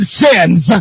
sins